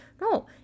No